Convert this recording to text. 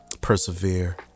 persevere